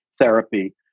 therapy